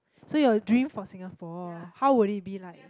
so your dream for Singapore how will it be like